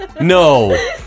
No